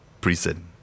Prison